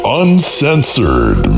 uncensored